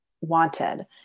wanted